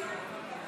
הנשיא.